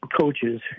coaches